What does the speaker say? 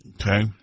Okay